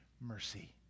mercy